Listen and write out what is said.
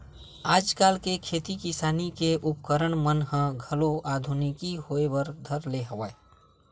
आजकल के खेती किसानी के उपकरन मन ह घलो आधुनिकी होय बर धर ले हवय